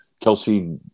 kelsey